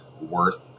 worth